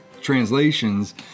translations